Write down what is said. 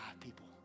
people